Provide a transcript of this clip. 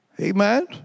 Amen